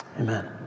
Amen